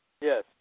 Yes